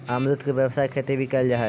अमरुद के व्यावसायिक खेती भी कयल जा हई